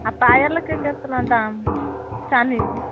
आओर पायलके कतना दाम चानीके